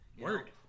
word